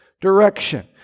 direction